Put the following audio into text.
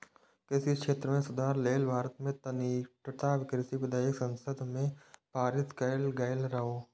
कृषि क्षेत्र मे सुधार लेल भारत मे तीनटा कृषि विधेयक संसद मे पारित कैल गेल रहै